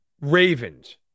Ravens